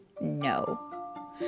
no